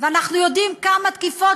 ואנחנו יודעים כמה תקיפות